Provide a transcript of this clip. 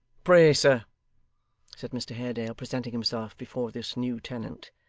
pray, sir said mr haredale, presenting himself before this new tenant,